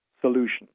solution